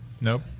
Nope